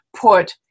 put